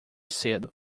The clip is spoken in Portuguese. cedo